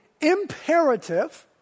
imperative